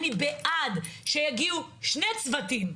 אני בעד שיגיעו שני צוותים,